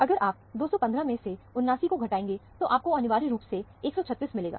अगर आप 215 में से 79 को घटाएंगे तो आपको अनिवार्य रूप से 136 मिलेगा